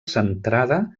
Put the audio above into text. centrada